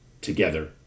together